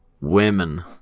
Women